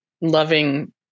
Loving